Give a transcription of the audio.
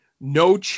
no